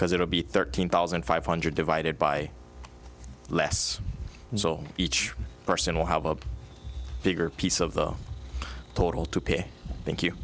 because it will be thirteen thousand five hundred divided by less so each person will have a bigger piece of the total to pay